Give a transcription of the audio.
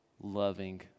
loving